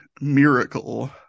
miracle